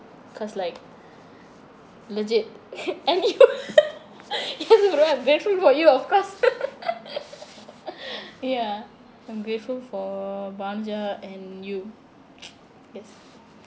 cause like legit and you yes you're right better for you of course ya I'm grateful for banja and you yes